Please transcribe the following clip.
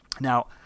Now